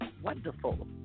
wonderful